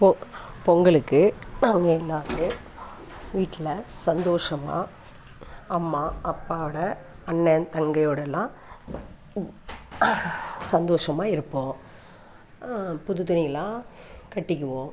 பொ பொங்கலுக்கு நாங்கள் எல்லாேருமே வீட்டில் சந்தோஷமாக அம்மா அப்பாவோடு அண்ணன் தங்கையோடெலாம் சந்தோஷமாக இருப்போம் புது துணியெல்லாம் கட்டிக்குவோம்